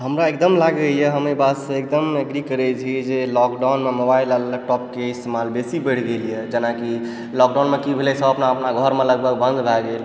हमरा एकदम लागयए हम एहि बातसँ एकदम एग्री करैत छी जे लोकडाउनमे मोबाइल आ लैपटॉपके इस्तेमाल बेसी बढ़ि गेलय हँ जेनाकि लोकडाउनमे की भेलय सभ अपना अपना घरमे लगभग बन्द भै गेल